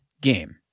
game